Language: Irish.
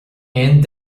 aon